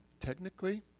technically